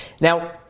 Now